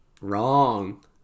Wrong